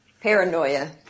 paranoia